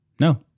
No